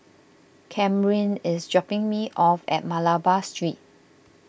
Kamryn is dropping me off at Malabar Street